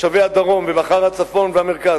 תושבי הדרום ומחר הצפון והמרכז,